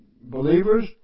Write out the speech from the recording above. believers